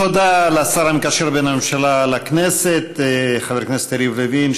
תודה לשר המקשר בין הממשלה לכנסת חבר הכנסת יריב לוין,